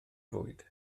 fwyd